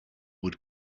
would